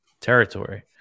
territory